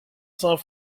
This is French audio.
saint